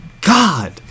god